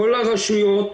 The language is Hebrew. כל הרשויות,